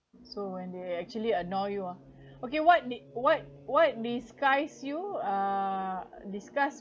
so when they actually annoyed you ah okay what di~ what what disgust you uh disgust